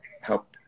help